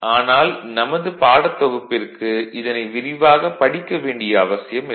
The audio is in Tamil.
ஆனால் நமது பாடத்தொகுப்பிற்கு இதனை விரிவாகப் படிக்க வேண்டிய அவசியமில்லை